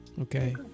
okay